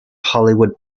hollywood